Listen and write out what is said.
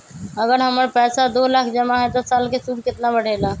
अगर हमर पैसा दो लाख जमा है त साल के सूद केतना बढेला?